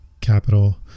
capital